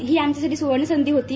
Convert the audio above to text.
ही आमच्यासाठी स्वर्णसंधी होती